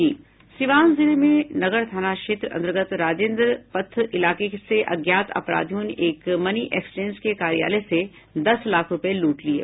सिवान जिले में नगर थाना क्षेत्र अंतर्गत राजेन्द्र पथ इलाके से अज्ञात अपराधियों ने एक मनी एक्सचेंज के कार्यालय से दस लाख रूपये लूट लिये